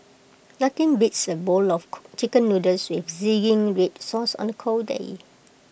nothing beats A bowl of Chicken Noodles with Zingy Red Sauce on A cold day